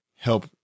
Help